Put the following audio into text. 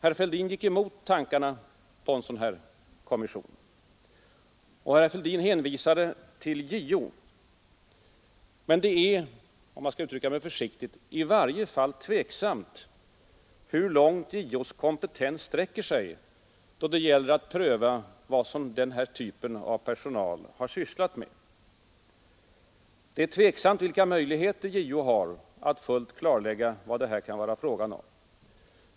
Herr Fälldin gick emot tankarna på en sådan kommission, och herr Fälldin hänvisade till JO. Men det är, om jag skall uttrycka mig försiktigt, i varje fall tveksamt hur långt JO:s kompetens sträcker sig då det gäller att pröva vad den här typen av personal har sysslat med. Det är tveksamt vilka möjligheter JO har att fullt klarlägga vad det här kan vara fråga om.